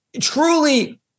truly